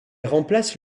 remplace